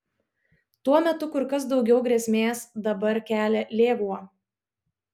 tuo metu kur kas daugiau grėsmės dabar kelia lėvuo